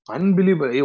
Unbelievable